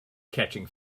catching